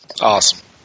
awesome